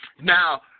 Now